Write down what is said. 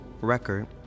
record